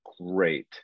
great